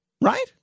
Right